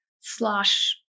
slosh